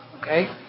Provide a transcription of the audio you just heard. Okay